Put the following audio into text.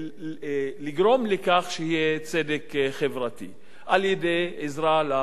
לכך שיהיה צדק חברתי על-ידי עזרה למשפחות החלשות.